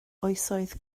oesoedd